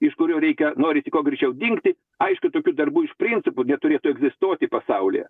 iš kurių reikia norisi kuo greičiau dingti aišku tokių darbų iš principo neturėtų egzistuoti pasaulyje